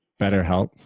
BetterHelp